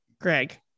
Greg